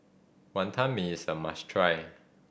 Wantan Mee is a must try